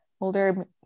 older